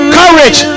courage